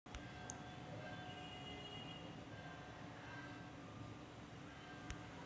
कोरडवाहू जमीनीत पऱ्हाटीचं कोनतं वान चांगलं रायीन?